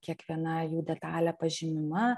kiekviena jų detalė pažymima